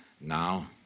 Now